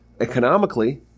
economically